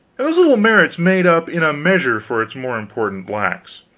little merits made up in a measure for its more important lacks.